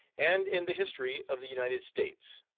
and in the history of the united states.